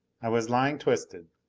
i was lying twisted.